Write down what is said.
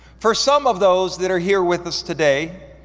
for some of those that are here with us today,